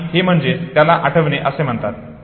आणि हे म्हणजेच ज्याला आठवणे असे म्हणतात